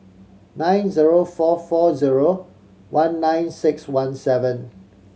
nine zero four four zero one nine six one seven